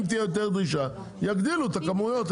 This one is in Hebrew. אם תהיה יותר דרישה יגדילו את הכמויות,